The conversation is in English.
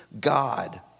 God